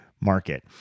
market